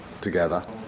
together